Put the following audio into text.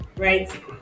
right